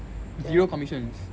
zero commissions